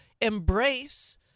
embrace